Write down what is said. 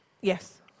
Yes